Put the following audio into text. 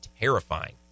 terrifying